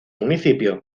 municipio